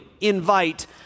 invite